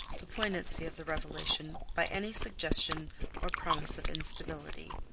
the poignancy of the revelation by any suggestion or promise of instability.